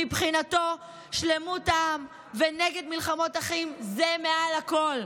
מבחינתו, שלמות העם ונגד מלחמות אחים זה מעל לכול,